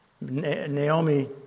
Naomi